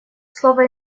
слово